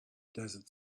desert